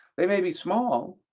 they may be small,